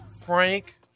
Frank